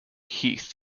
heath